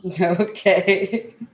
Okay